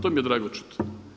To mi je drago čuti.